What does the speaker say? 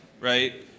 right